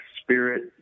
spirit